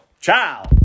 ciao